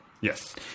Yes